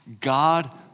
God